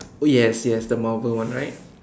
oh yes yes the Marvel one right